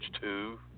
two